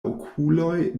okuloj